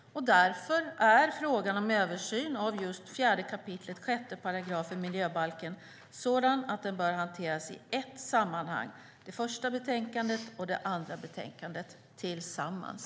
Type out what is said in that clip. Därför är frågan om översyn av 4 kap. 6 § miljöbalken sådan att den bör hanteras i ett sammanhang, alltså det första betänkandet och det andra betänkandet tillsammans.